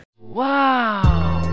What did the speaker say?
Wow